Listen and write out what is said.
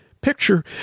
Picture